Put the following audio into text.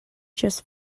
just